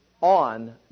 on